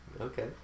Okay